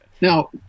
now